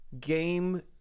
game